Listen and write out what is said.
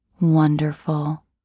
Wonderful